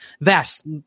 Vast